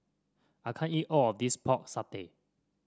I can't eat all of this Pork Satay